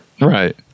right